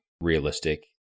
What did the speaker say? realistic